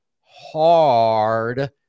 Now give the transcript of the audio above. hard